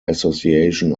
association